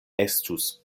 estus